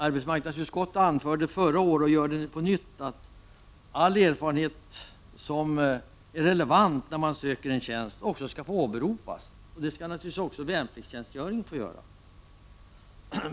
Arbetsmarknadsutskottet anförde förra året, och gör det på nytt, att all erfarenhet som är relevant när man söker en tjänst också skall få åberopas. Det skall man naturligtvis också få göra med värnpliktstjänstgöring.